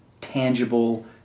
tangible